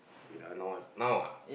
wait ah now I've now ah